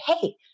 hey